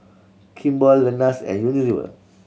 Kimball Lenas and Unilever